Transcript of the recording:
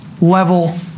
level